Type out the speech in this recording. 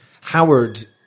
Howard